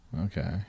Okay